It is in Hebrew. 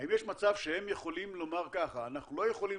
שהם יכולים לומר ככה: אנחנו לא יכולים